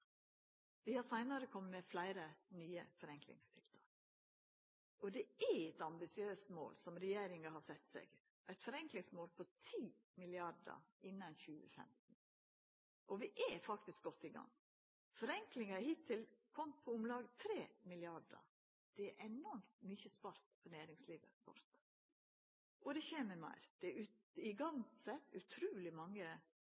Vi har seinare komme med fleire nye forenklingstiltak. Det er eit ambisiøst mål som regjeringa har sett seg – eit forenklingsmål på 10 mrd. kr innan 2015. Og vi er faktisk godt i gang: Forenklinga er hittil på om lag 3 mrd. kr – det er enormt mykje spart for næringslivet vårt. Og det kjem meir. Det er sett i